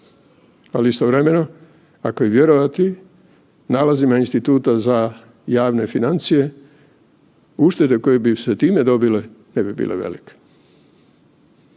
ali istovremeno ako je vjerovati nalazima Instituta za javne financije, uštede koje bi se time dobile ne bi bile velike,